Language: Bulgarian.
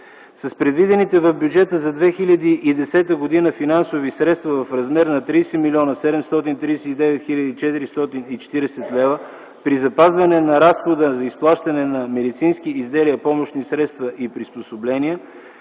С предвидените в бюджета за 2010 г. финансови средства в размер на 30 млн. 739 хил. 440 лв., при запазване на разхода за изплащане на медицински изделия, помощни средства и приспособления